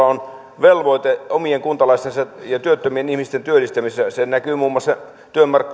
on velvoite omien kuntalaistensa ja työttömien ihmisten työllistämisessä se näkyy muun muassa